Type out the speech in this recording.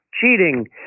cheating